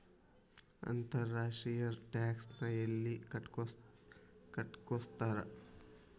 ಅಂತರ್ ರಾಷ್ಟ್ರೇಯ ಟ್ಯಾಕ್ಸ್ ನ ಯೆಲ್ಲಿ ಕಟ್ಟಸ್ಕೊತಾರ್?